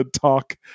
talk